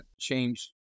change